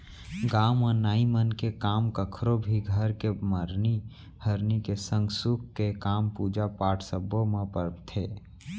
गाँव म नाई मन के काम कखरो भी घर के मरनी हरनी के संग सुख के काम, पूजा पाठ सब्बो म परथे